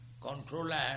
controller